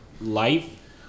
life